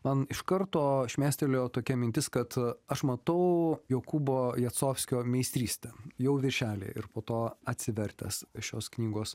man iš karto šmėstelėjo tokia mintis kad aš matau jokūbo jacovskio meistrystę jau viršelyje ir po to atsivertęs šios knygos